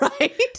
Right